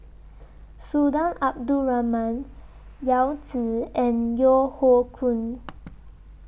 Sultan Abdul Rahman Yao Zi and Yeo Hoe Koon